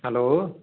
hello